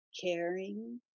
caring